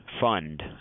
Fund